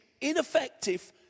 ineffective